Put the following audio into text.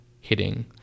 hitting